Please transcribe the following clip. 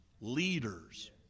leaders